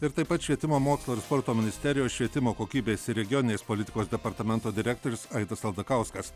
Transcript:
ir taip pat švietimo mokslo ir sporto ministerijos švietimo kokybės ir regioninės politikos departamento direktorius aidas aldakauskas